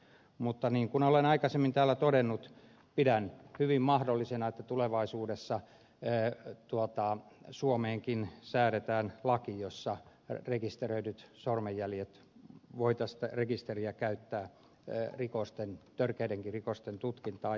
mutta niin kuin olen aikaisemmin täällä todennut pidän hyvin mahdollisena että tulevaisuudessa suomeenkin säädetään laki jossa rekisteröityjen sormenjälkien rekisteriä voitaisiin käyttää törkeidenkin rikosten tutkintaan